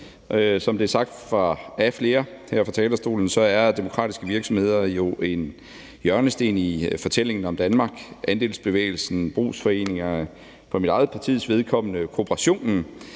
Som det er sagt af flere her fra talerstolen, er demokratiske virksomheder jo en hjørnesten i fortællingen om Danmark. Andelsbevægelsen, brugsforeningerne og for mit eget partis vedkommende kooperationen